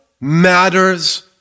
matters